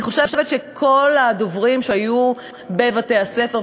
אני חושבת שכל הדוברים שהיו בבתי-הספר,